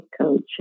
coach